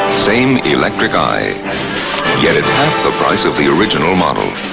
same electric eye. and yet it's half the price of the original model.